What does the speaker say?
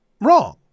wrong